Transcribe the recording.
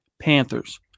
Panthers